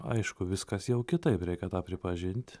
aišku viskas jau kitaip reikia tą pripažint